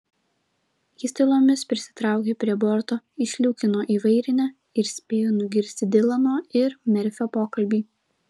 jis tylomis prisitraukė prie borto įsliūkino į vairinę ir spėjo nugirsti dilano ir merfio pokalbį